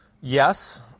Yes